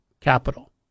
capital